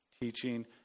teaching